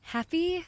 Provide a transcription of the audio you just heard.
Happy